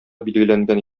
билгеләнгән